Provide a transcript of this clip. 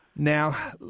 Now